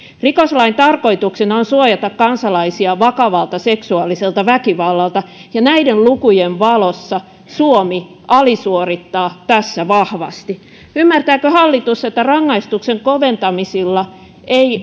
rikoslain tarkoituksena on suojata kansalaisia vakavalta seksuaaliselta väkivallalta ja näiden lukujen valossa suomi alisuorittaa tässä vahvasti ymmärtääkö hallitus että rangaistusten koventamisista ei